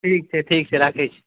ठीक छै ठीक छै राखै छी